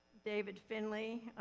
david finley,